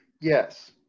Yes